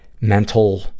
mental